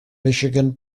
michigan